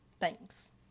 Thanks